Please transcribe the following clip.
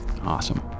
Awesome